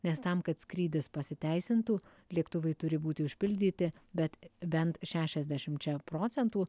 nes tam kad skrydis pasiteisintų lėktuvai turi būti užpildyti bet bent šešiasdešimčia procentų